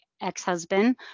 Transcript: ex-husband